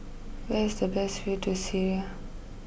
where is the best view to Syria